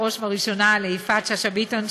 בראש ובראשונה ליפעת שאשא ביטון,